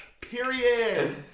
Period